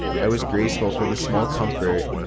i was grateful for the small comfort.